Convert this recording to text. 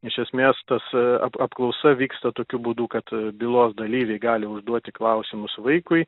iš esmės tas ap apklausa vyksta tokiu būdu kad bylos dalyviai gali užduoti klausimus vaikui